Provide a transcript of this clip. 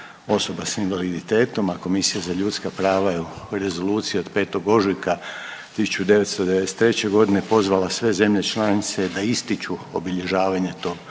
osoba s invaliditetom, a Komisija za ljudska prava je u rezoluciji od 5. ožujka 1993.g. pozvala sve zemlje članice da ističu obilježavanje tog